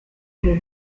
her